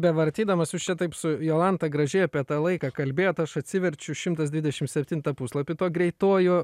bevartydamas jūs čia taip su jolanta gražiai apie tą laiką kalbėjot aš atsiverčiu šimtas dvidešim septintą puslapį tuo greituoju